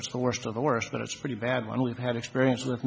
it's the worst of the worst but it's pretty bad when we've had experience